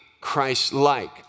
Christ-like